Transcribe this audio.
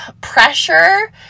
pressure